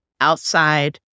outside